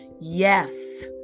Yes